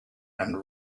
and